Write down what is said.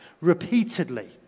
repeatedly